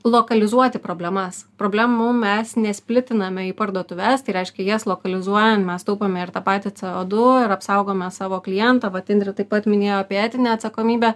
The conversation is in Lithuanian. lokalizuoti problemas problemų mes nesplitiname į parduotuves tai reiškia jas lokalizuojam mes taupome ir tą patį c o du ir apsaugome savo klientą vat indrė taip pat minėjo apie etinę atsakomybę